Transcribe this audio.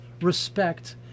respect